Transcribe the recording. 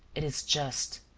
it is just.